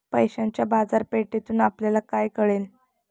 पैशाच्या बाजारपेठेतून आपल्याला काय कळले?